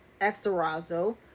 exorazo